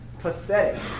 pathetic